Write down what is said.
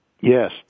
Yes